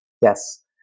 Yes